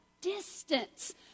distance